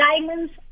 Diamonds